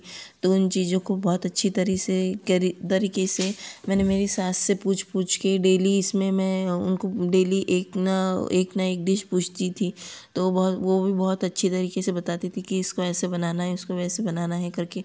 तो उन चीज़ों को बहुत अच्छी तरह से तरीके से मैंने मेरी सास से पूछ पूछ कर डेली इसमें मैं उनको डेली एक न एक न एक डिश पूछती थी तो वह भी बहुत अच्छे तरीके से बताती थी की इसको ऐसे बनाना है इसको वैसे बनाना है करके